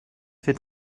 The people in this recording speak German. wird